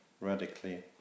radically